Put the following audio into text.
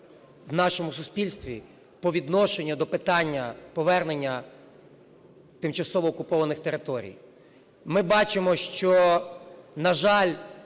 у нашому суспільстві по відношенню до питання повернення тимчасово окупованих територій, ми бачимо, що, на жаль,